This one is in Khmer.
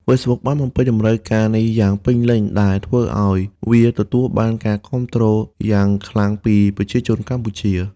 Facebook បានបំពេញតម្រូវការនេះយ៉ាងពេញលេញ ដែលធ្វើឱ្យវាទទួលបានការគាំទ្រយ៉ាងខ្លាំងពីប្រជាជនកម្ពុជា។